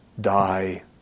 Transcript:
die